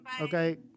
Okay